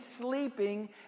sleeping